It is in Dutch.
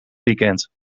weekend